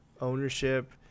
ownership